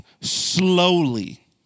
slowly